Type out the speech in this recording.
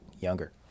younger